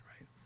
right